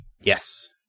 Yes